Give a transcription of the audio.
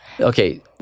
Okay